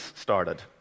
started